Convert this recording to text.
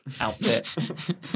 outfit